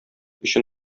өчен